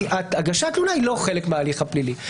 כי הגשת תלונה היא לא חלק מההליך הפלילי.